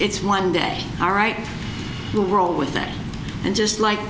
it's one day all right we'll roll with it and just like